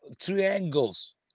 triangles